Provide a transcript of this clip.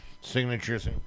Signatures